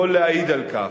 יכול להעיד על כך.